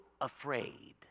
afraid